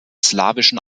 slawischen